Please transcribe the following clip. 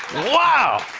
wow!